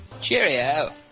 Cheerio